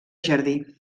jardí